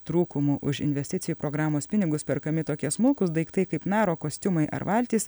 trūkumų už investicijų programos pinigus perkami tokie smulkūs daiktai kaip naro kostiumai ar valtys